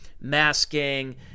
Masking